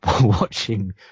watching